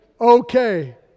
okay